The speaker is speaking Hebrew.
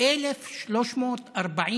1,340